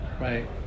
Right